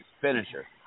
finisher